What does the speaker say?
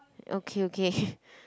okay okay